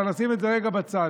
אבל נשים את זה רגע בצד.